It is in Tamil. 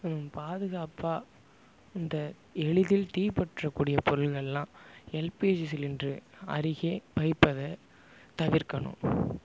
பாதுகாப்பாக இந்த எளிதில் தீப்பற்றக்கூடிய பொருள்கள் எல்லாம் எல்பிஜி சிலிண்டரு அருகே வைப்பதை தவிர்க்கணும்